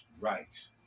Right